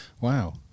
Wow